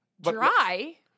Dry